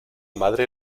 madre